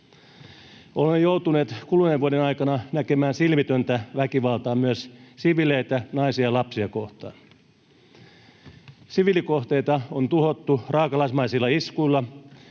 Olemme joutuneet kuluneen vuoden aikana näkemään silmitöntä väkivaltaa myös siviileitä, naisia ja lapsia, kohtaan. Siviilikohteita on tuhottu raakalaismaisilla iskuilla.